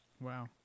Wow